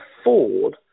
afford